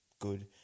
good